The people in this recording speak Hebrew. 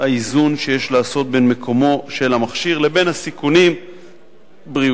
האיזון שיש לעשות בין מקומו של המכשיר לבין סיכונים בריאותיים,